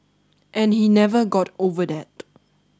and he never got over that